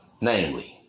namely